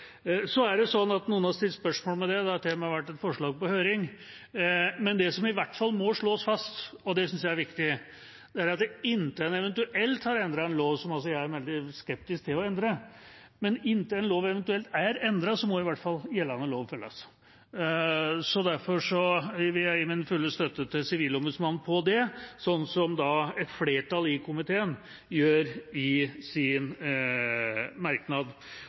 Noen har stilt spørsmål ved det, og det har til og med vært et forslag på høring. Men det som i hvert fall må slås fast – og det synes jeg er viktig – er at inntil en eventuelt har endret en lov, som jeg altså er veldig skeptisk til å endre, må i hvert fall gjeldende lov følges. Derfor vil jeg gi min fulle støtte til Sivilombudsmannen på det, slik et flertall i komiteen gjør i sin merknad.